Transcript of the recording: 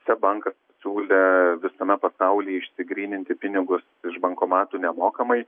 seb bankas siūlė visame pasaulyje išsigryninti pinigus iš bankomatų nemokamai